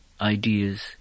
ideas